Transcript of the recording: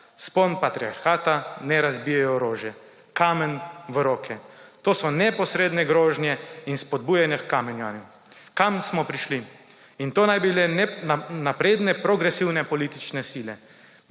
»Vzpona patriarhata ne razbije orožje. Kamen v roke!« To so neposredne grožnje in spodbujanje k kamenjanju. Kam smo prišli! To naj bi bile napredne progresivne politične sile.